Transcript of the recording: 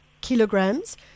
kilograms